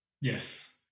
Yes